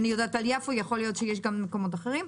אני יודעת על יפו אבל יכול להיות שכך זה גם במקומות אחרים.